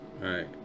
right